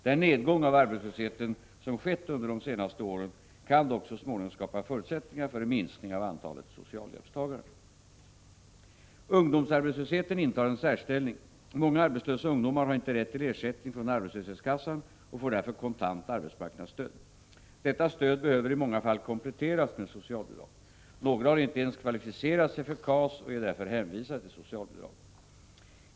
Den nedgång av arbetslösheten som skett under de senaste åren kan dock så småningom skapa förutsättningar för en minskning av antalet socialhjälpstagare. Ungdomsarbetslösheten intar en särställning. Många arbetslösa ungdomar har inte rätt till ersättning från arbetslöshetskassan och får därför kontant arbetsmarknadsstöd. Detta stöd behöver i många fall kompletteras med socialbidrag. Några har inte ens kvalificerat sig för KAS och är därför hänvisade till socialbidrag.